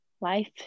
life